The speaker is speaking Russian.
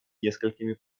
несколькими